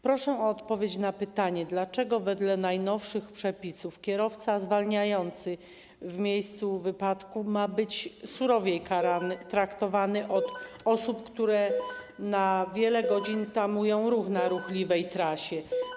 Proszę o odpowiedź na pytanie: Dlaczego wedle najnowszych przepisów kierowca zwalniający w miejscu wypadku ma być surowiej traktowany od osób, które na wiele godzin tamują ruch na ruchliwej trasie?